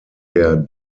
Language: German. der